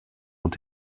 ont